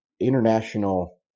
international